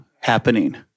happening